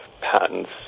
patents